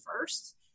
first